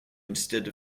instead